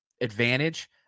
advantage